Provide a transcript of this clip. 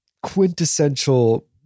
quintessential